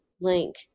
link